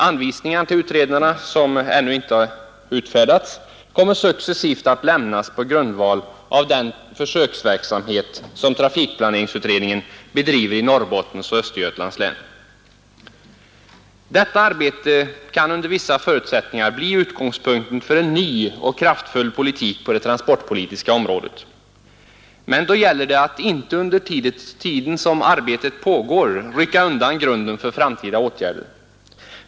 De ännu inte utfärdade anvisningarna till utredarna kommer successivt att lämnas på grundval av den försöksverksamhet som trafikplaneringsutredningen bedriver i Norrbottens och Östergötlands län. Detta arbete kan under vissa förutsättningar bli utgångspunkten för en ny och kraftfull politik på det transportpolitiska området. Men då gäller det att inte under tiden som arbetet pågår rycka undan grunden för framtida åtgärder.